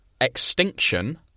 Extinction